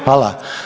Hvala.